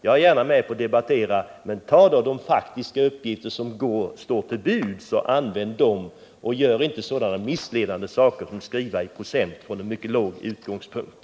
Jag är gärna med och debatterar, men ta då fram de faktiska uppgifter som står till buds och använd dem! Gör inte sådana missledande saker som att skriva i procent från en mycket låg utgångspunkt.